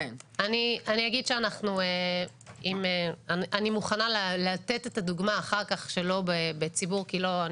אני אגיד שאני מוכנה לתת את הדוגמה אחר כך שלא בפני הציבור כי אני